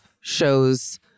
shows